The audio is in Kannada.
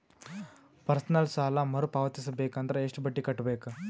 ಪರ್ಸನಲ್ ಸಾಲ ಮರು ಪಾವತಿಸಬೇಕಂದರ ಎಷ್ಟ ಬಡ್ಡಿ ಕಟ್ಟಬೇಕು?